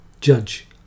judge